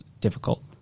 difficult